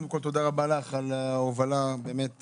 קודם כל תודה רבה לך על ההובלה האמיצה,